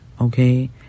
Okay